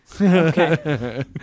Okay